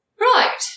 Right